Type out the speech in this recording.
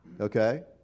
okay